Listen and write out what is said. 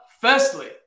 firstly